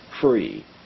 free